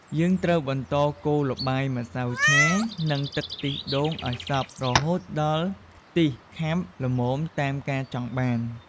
យើងត្រូវបន្តកូរល្បាយម្សៅឆានិងទឹកខ្ទិះដូងឲ្យសព្វ រហូតដល់ខ្ទិះខាប់ល្មមតាមការចង់បាន។